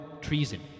treason